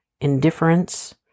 indifference